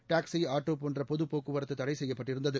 taxi auto போன்ற பொது போக்குவரத்து தடை செய்யப்பட்டிருந்தது